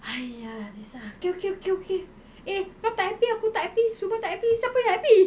!haiya! this one okay okay okay okay eh kau tak happy aku tak happy semua tak happy siapa yang happy